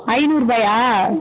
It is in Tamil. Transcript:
ஐநூறுபாயா